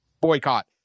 boycott